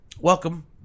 Welcome